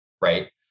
right